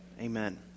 amen